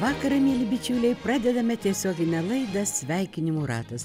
vakarą mieli bičiuliai pradedame tiesioginę laida sveikinimų ratas